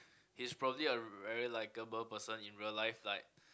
he's probably a very likable person in real life like